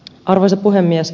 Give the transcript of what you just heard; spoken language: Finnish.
arvoisa puhemies